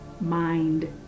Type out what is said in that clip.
mind